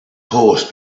horse